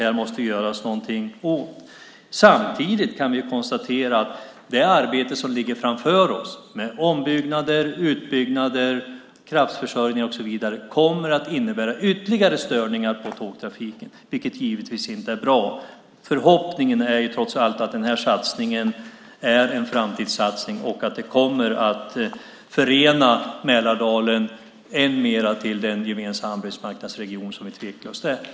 Det måste man göra någonting åt. Samtidigt kan vi konstatera att det arbete som ligger framför oss med ombyggnader, utbyggnader, kraftförsörjning och så vidare kommer att innebära ytterligare störningar i tågtrafiken, vilket givetvis inte är bra. Trots allt är vår förhoppning att den här satsningen är en framtidssatsning och att Mälardalen därmed ännu mer förenas med den gemensamma arbetsmarknadsregion som vi tveklöst är.